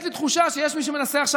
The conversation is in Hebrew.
יש לי תחושה שיש מישהו שמנסה עכשיו